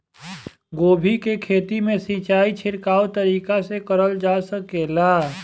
गोभी के खेती में सिचाई छिड़काव तरीका से क़रल जा सकेला?